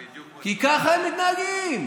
בדיוק, כי ככה הם מתנהגים.